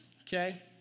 Okay